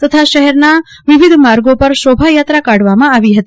તથા શહેરના વિવિધ માર્ગો પર શોભાયાત્રા કાઢવામાં આવી હતી